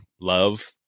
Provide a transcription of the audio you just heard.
love